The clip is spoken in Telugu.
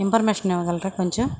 ఇన్ఫర్మేషన్ ఇవ్వగలరా కొంచెం